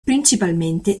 principalmente